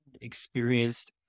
experienced